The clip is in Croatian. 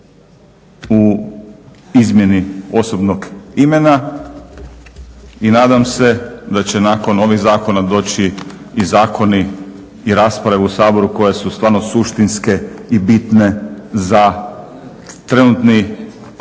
u izmjeni osobnog imena. I nadam se da će nakon ovih zakona doći i zakoni i rasprave u Saboru koje su stvarno suštinske i bitne za trenutni položaj